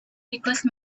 because